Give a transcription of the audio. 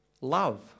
Love